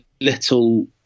little